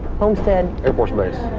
homestead? air force base.